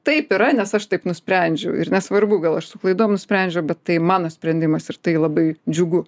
taip yra nes aš taip nusprendžiau ir nesvarbu gal aš su klaidom nusprendžiau bet tai mano sprendimas ir tai labai džiugu